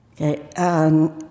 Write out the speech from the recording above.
Okay